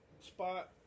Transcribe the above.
spot